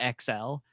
XL